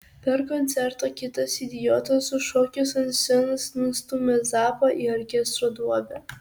per koncertą kitas idiotas užšokęs ant scenos nustūmė zappą į orkestro duobę